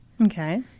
Okay